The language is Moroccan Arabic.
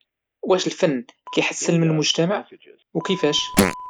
واش الفن كيحسن من المجتمع وكيفاش؟